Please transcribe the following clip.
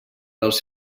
dels